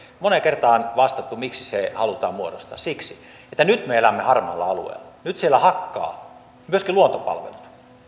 moneen kertaan on vastattu miksi se halutaan muodostaa siksi että nyt me elämme harmaalla alueella nyt siellä hakkaa myöskin luontopalvelut